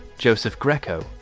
joseph greco,